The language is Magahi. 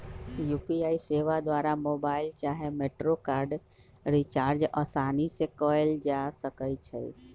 यू.पी.आई सेवा द्वारा मोबाइल चाहे मेट्रो कार्ड रिचार्ज असानी से कएल जा सकइ छइ